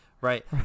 right